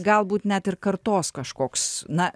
galbūt net ir kartos kažkoks na